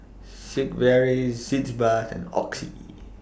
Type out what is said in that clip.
Sigvaris Sitz Bath and Oxy